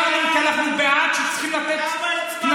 אישרנו כי אנחנו בעד, צריכים לתת קנסות.